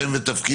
במחזור.